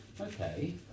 Okay